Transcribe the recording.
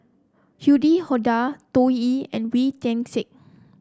Yuni Hadi Tao Li and Wee Tian Siak